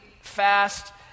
fast